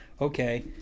okay